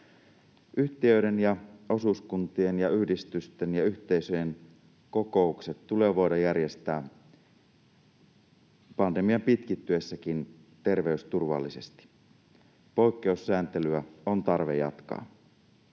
Yhtiöiden ja osuuskuntien ja yhdistysten ja yhteisöjen kokoukset tulee voida järjestää terveysturvallisesti pandemian pitkittyessäkin. Poikkeussääntelyä on tarve jatkaa.